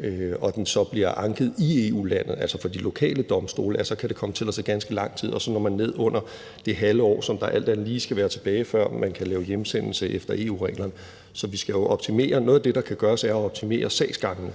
der så bliver anket i EU-landet og kommer for de lokale domstole, kan det komme til at tage ganske lang tid, og så når man ned under det halve år, som der alt andet lige skal være tilbage, før man kan lave hjemsendelse efter EU-reglerne. Så vi skal jo optimere det, og noget af det, der kan gøres, er at optimere sagsgangene,